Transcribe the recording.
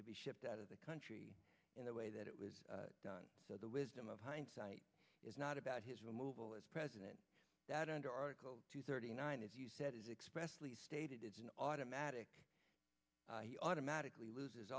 to be shipped out of the country in the way that it was done so the wisdom of hindsight is not about his removal as president that under article two thirty nine as you said is expressed please state it is an automatic automatically loses